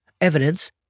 evidence